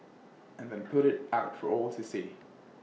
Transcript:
and then put IT out for all to see